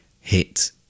hit